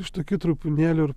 iš tokių trupinėlių ir